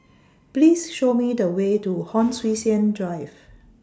Please Show Me The Way to Hon Sui Sen Drive